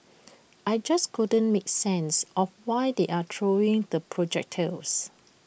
I just couldn't make sense of why they are throwing the projectiles